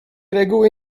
reguły